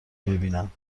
ببینم